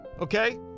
okay